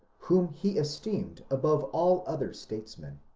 whom he esteemed above all other statesmen.